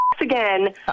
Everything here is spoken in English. again